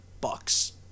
bucks